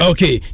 Okay